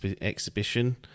exhibition